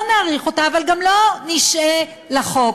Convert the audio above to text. לא נעריך אותה אבל גם לא נשעה לחוק?